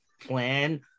plan